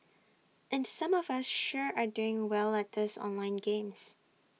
and some of us sure are doing well at these online games